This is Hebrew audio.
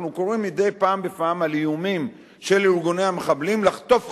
אנחנו קוראים מדי פעם בפעם על איומים של ארגוני המחבלים לחטוף חיילים.